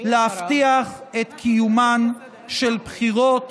להבטיח את קיומן של בחירות